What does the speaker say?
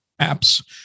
apps